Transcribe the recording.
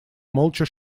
молча